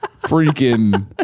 freaking